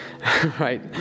right